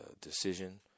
decision